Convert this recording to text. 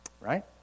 right